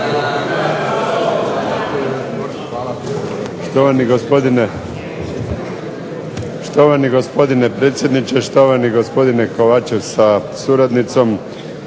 Štovani gospodine predsjedniče, štovani gospodine Kovačev sa suradnicom.